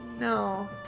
No